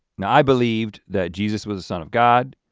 now i believed that jesus was the son of god,